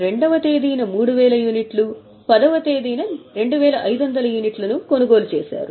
2 వ తేదీన 3000 యూనిట్లు 10 వ తేదీన 2500 యూనిట్లను కొనుగోలు చేశారు